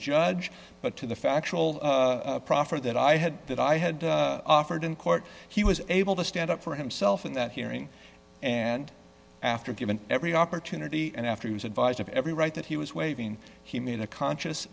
judge but to the factual proffer that i had that i had offered in court he was able to stand up for himself in that hearing and after given every opportunity and after he was advised every right that he was waiving he made a conscious